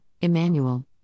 Emmanuel